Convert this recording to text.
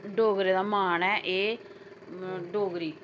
डोगरें दा मान ऐ एह् डोगरी